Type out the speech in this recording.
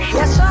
yes